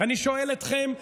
אני שואל אתכם,